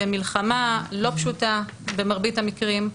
במלחמה לא פשוטה במרבית המקרים,